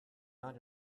not